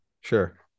sure